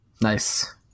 Nice